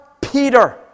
Peter